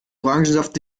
orangensaft